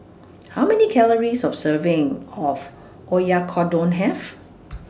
How Many Calories of A Serving of Oyakodon Have